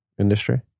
industry